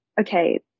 okay